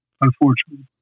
unfortunately